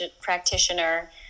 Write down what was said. practitioner